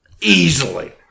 Easily